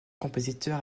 compositeur